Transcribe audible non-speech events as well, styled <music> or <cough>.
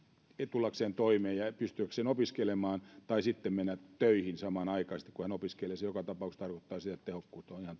tullakseen toimeen ja ja pystyäkseen opiskelemaan tai mennä töihin samanaikaisesti kun hän opiskelee se joka tapauksessa tarkoittaa sitä että tehokkuus on ihan <unintelligible>